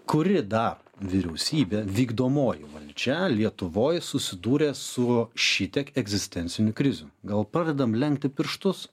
kuri dar vyriausybė vykdomoji valdžia lietuvoj susidūrė su šitiek egzistencinių krizių gal pradedam lenkti pirštus